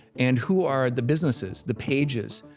and who are the businesses, the pages,